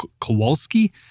Kowalski